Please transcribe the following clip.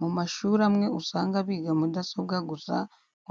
Mu mashuri amwe usanga biga mudasobwa gusa,